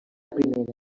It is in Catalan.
primera